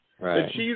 Right